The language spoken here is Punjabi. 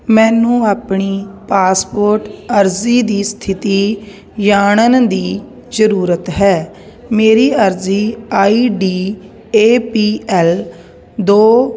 ਮੈਨੂੰ ਆਪਣੀ ਪਾਸਪੋਰਟ ਅਰਜ਼ੀ ਦੀ ਸਥਿਤੀ ਜਾਣਨ ਦੀ ਜ਼ਰੂਰਤ ਹੈ ਮੇਰੀ ਅਰਜ਼ੀ I D A P L ਦੋ